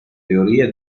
teoria